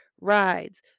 rides